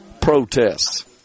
protests